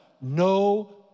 no